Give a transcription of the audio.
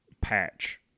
patch